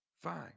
Fine